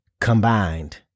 combined